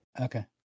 Okay